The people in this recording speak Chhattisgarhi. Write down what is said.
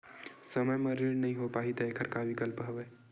समय म ऋण नइ हो पाहि त एखर का विकल्प हवय?